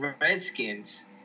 Redskins